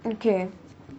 okay